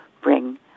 bring